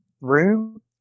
room